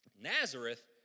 Nazareth